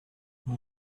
vous